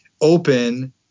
open